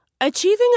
Achieving